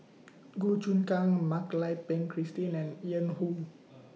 Goh Choon Kang Mak Lai Peng Christine and Yan Woo